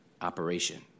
operation